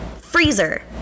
freezer